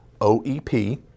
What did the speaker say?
OEP